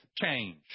change